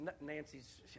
Nancy's